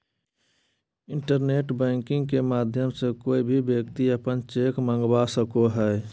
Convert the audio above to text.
internet banking के माध्यम से कोय भी व्यक्ति अपन चेक मंगवा सको हय